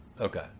Okay